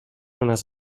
unes